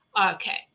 okay